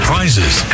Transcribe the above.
prizes